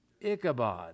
Ichabod